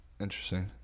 Interesting